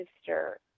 Sister